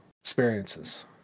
experiences